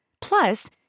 Plus